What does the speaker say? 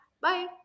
Bye